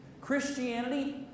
Christianity